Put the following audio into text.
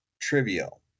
trivial